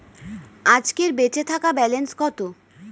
আজকের বেচে থাকা ব্যালেন্স কত?